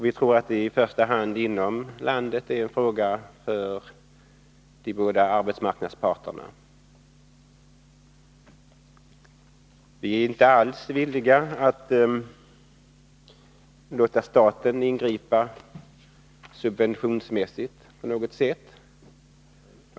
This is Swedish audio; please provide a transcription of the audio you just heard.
Vi tror att det i första hand är en fråga för de båda arbetsmarknadsparterna. Vi är inte alls villiga att låta staten ingripa med subventioner.